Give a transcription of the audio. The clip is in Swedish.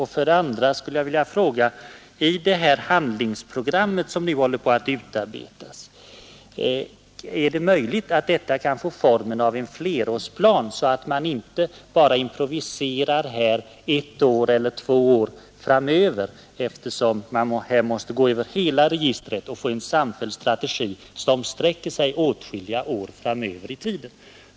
Vidare skulle jag vilja fråga om det är möjligt att det nya handlingsprogram, som nu håller på att utarbetas, kan få formen av en flerårsplan, så att man inte bara improviserar ett eller två år framöver. Här måste man studera hela registret av tänkbara åtgärder och få en samfälld strategi som sträcker sig åtskilliga år framåt i tiden.